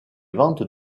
ventes